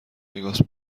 وگاس